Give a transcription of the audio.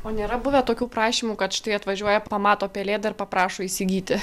o nėra buvę tokių prašymų kad štai atvažiuoja pamato pelėdą ir paprašo įsigyti